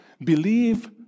believe